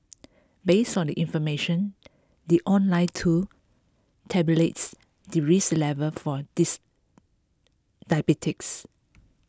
based on the information the online tool tabulates the risk level for this diabetes